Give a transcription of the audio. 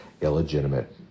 illegitimate